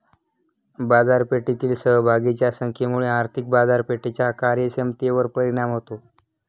बाजारपेठेतील सहभागींच्या संख्येमुळे आर्थिक बाजारपेठेच्या कार्यक्षमतेवर परिणाम होतो